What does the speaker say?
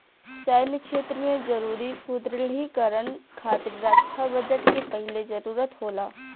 सैन्य क्षेत्र में जरूरी सुदृढ़ीकरन खातिर रक्षा बजट के पहिले जरूरत होला